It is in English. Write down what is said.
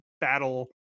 battle